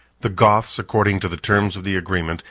the goths, according to the terms of the agreement,